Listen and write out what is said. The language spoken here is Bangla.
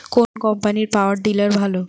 কোন কম্পানির পাওয়ার টিলার ভালো?